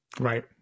Right